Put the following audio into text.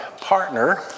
partner